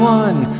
one